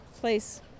place